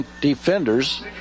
defenders